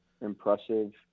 impressive